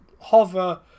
hover